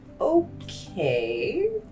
Okay